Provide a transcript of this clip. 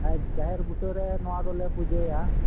ᱦᱮᱸ ᱡᱟᱦᱮᱨ ᱵᱩᱴᱟᱹᱨᱮ ᱱᱚᱣᱟ ᱫᱚᱞᱮ ᱯᱩᱡᱟᱹᱭᱟ